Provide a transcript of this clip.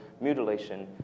mutilation